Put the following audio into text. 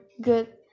good